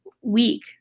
week